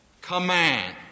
command